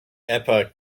epoch